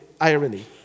irony